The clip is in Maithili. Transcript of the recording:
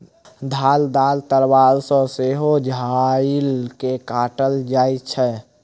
धारदार तलवार सॅ सेहो झाइड़ के काटल जाइत छै